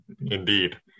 Indeed